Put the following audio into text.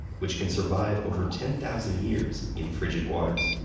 which can survive over ten thousand years in frigid waters.